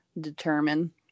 determine